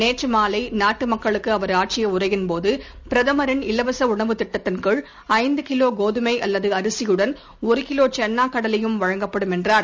நேற்று மாலை நாட்டு மக்களுக்கு அவர் ஆற்றிய உரையின் போது பிரதமரின் இலவச உணவு திட்டத்தின் கீழ் ஐந்து கிலோ கோதுமை அல்லது அரிசியுடன் ஒரு கிலோ சன்னா கடலையும் வழங்கப்படும் என்றார்